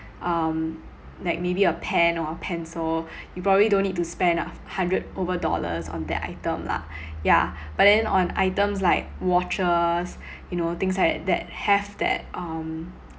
um like maybe a pen or a pencil you probably don't need to spend a hundred over dollars on that item lah yeah but then on items like watches you know things like that have that um